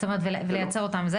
ולהציג אותן.